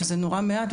וזה נורא מעט.